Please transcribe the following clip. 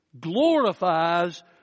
glorifies